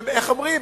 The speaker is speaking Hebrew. איך אומרים,